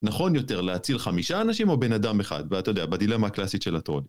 נכון יותר להציל חמישה אנשים או בן אדם אחד? ואתה יודע, בדילמה הקלאסית של התו"ל.